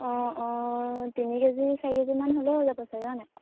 অঁ অঁ তিনি কেজি চাৰি কেজিমান হ'লেই হৈ যাব চাগে হয়নে